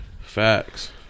Facts